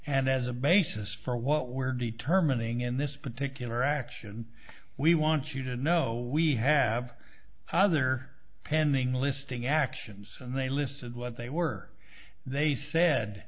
and as a basis for what we're determining in this particular action we want you to know we have other pending listing actions and they listed what they were they said